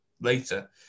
later